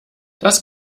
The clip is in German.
das